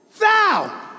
Thou